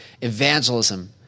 evangelism